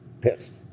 pissed